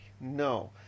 no